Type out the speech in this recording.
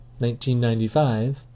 1995